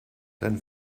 dann